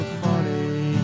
funny